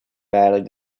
badly